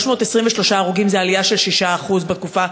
323 הרוגים זה עלייה של 6% בתקופה,